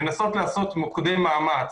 לנסות לעשות מוקדי מאמץ.